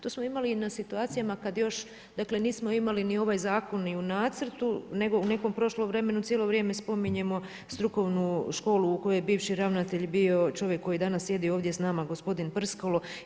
To smo imali i na situacijama kad još nismo imali ni ovaj Zakon ni u nacrtu nego u nekom prošlom vremenu cijelo vrijeme spominjemo strukovnu školu u kojoj je bivši ravnatelj bio čovjek koji danas sjedi ovdje s nama, gospodin Prskalo.